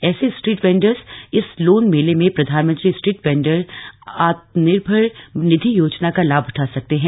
ऐसे street vendors इस loan मेले में प्रधानमंत्री स्ट्रीट वेंडर आत्मनिर्भर निधि योजना का लाभ उठा सकते हैं